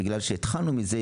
בגלל שהתחלנו מזה,